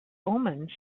omens